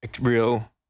real